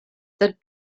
that